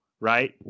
Right